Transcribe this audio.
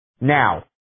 Now